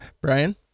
Brian